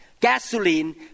gasoline